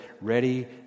ready